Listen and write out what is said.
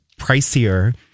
pricier